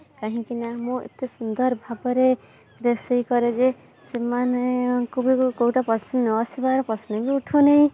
କାହିଁକି ନା ମୁଁ ଏତେ ସୁନ୍ଦର ଭାବରେ ରୋଷେଇ କରେ ଯେ ସେମାନଙ୍କୁ ବି କେଉଁଟା ପସନ୍ଦ ନ ଆସିବାର ପ୍ରଶ୍ନ ବି ଉଠୁନି